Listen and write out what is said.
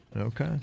Okay